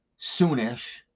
soonish